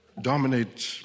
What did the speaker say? dominate